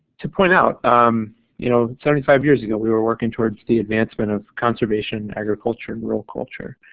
to point out you know seventy five years ago we were working towards the advancement of conservation, agriculture, and rural culture,